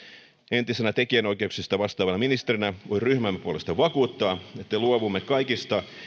entisenä tekijänoikeuksista vastaavana ministerinä voin ryhmämme puolesta vakuuttaa että luovumme kaikista